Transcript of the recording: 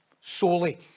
solely